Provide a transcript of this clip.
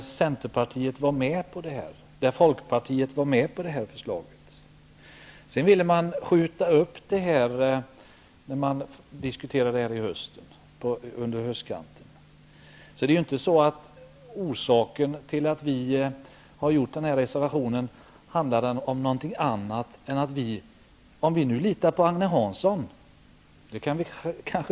Centerpartiet och Folkpartiet var med på förslaget. Man ville sedan under diskussionen på höstkanten skjuta upp frågan. Anledningen till att vi har reserverat oss är ingen annan än den vi har redogjort för. Vi kanske kan lita på Agne Hansson.